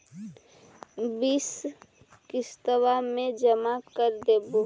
बिस किस्तवा मे जमा कर देवै?